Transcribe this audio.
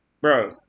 bro